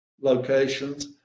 locations